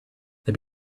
they